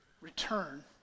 return